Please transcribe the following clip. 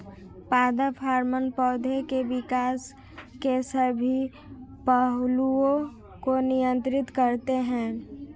पादप हार्मोन पौधे के विकास के सभी पहलुओं को नियंत्रित करते हैं